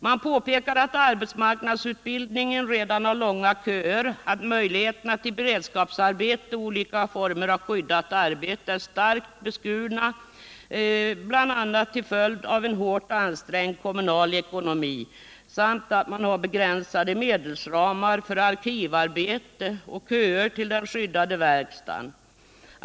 Man påpekar att arbetsmarknadsutbildningen redan har långa köer, att möjligheterna till beredskapsarbete och olika former av skyddat arbete är starkt beskurna till följd av bl.a. en hårt ansträngd kommunal ekonomi samt att man har begränsade medelsramar för arkivarbete och köer till den skyddade verkstaden.